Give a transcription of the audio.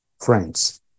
friends